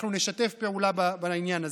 אנחנו נשתף פעולה בעניין הזה.